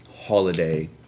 holiday